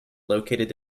located